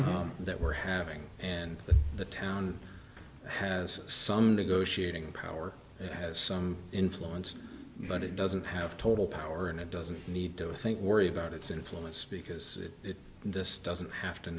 that we're having and the town has some negotiating power it has some influence but it doesn't have total power and it doesn't need to think worry about its influence because if this doesn't have to